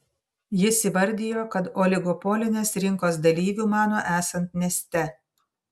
jis įvardijo kad oligopolinės rinkos dalyviu mano esant neste